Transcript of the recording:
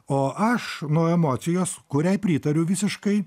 o aš nuo emocijos kuriai pritariu visiškai